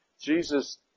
Jesus